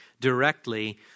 directly